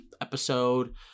episode